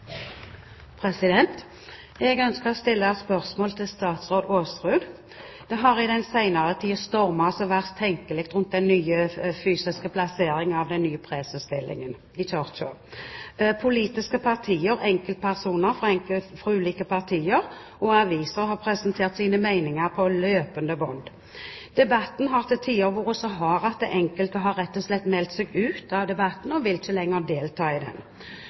Jeg ønsker å stille et spørsmål til statsråd Aasrud. Det har i den senere tid stormet som verst tenkelig rundt den fysiske plasseringen av den nye presesstillingen i Kirken. Politiske partier, enkeltpersoner fra ulike partier og aviser har presentert sine meninger på løpende bånd. Debatten har til tider vært så hard at enkelte rett og slett har meldt seg ut av debatten og vil ikke lenger delta i den.